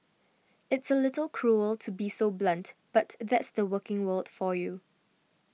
it's a little cruel to be so blunt but that's the working world for you